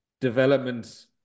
development